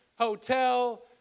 hotel